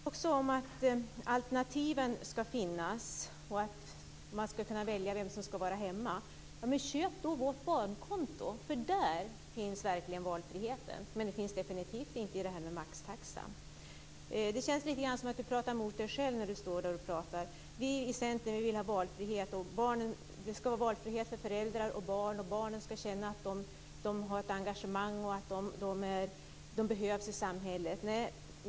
Herr talman! Gunnar Goude inledde med att tala om hur bra det har gått att samarbeta med Socialdemokraterna och Vänsterpartiet. Man har kunnat ge mer pengar till kommunerna, och vi vet alla att det behövs pengar till omsorg, skola och vård. Han talade också om att alternativen skall finnas och att man skall kunna välja vem som skall vara hemma. Men köp då vårt barnkonto! Där finns verkligen valfriheten. Den finns definitivt inte i maxtaxan. Det känns lite grann som Gunnar Goude pratar mot sig själv. Vi i Centern vill ha valfrihet. Det skall vara valfrihet för föräldrar och barn. Barnen skall känna ett engagemang och att de behövs i samhället.